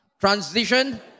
Transition